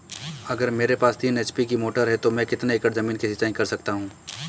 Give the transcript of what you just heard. अगर मेरे पास तीन एच.पी की मोटर है तो मैं कितने एकड़ ज़मीन की सिंचाई कर सकता हूँ?